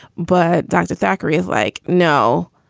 but dr. thackery is like, no.